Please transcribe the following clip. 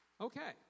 Okay